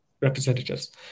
representatives